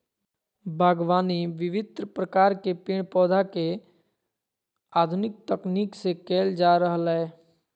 बागवानी विविन्न प्रकार के पेड़ पौधा के आधुनिक तकनीक से कैल जा रहलै